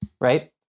right